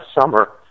summer